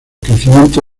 crecimiento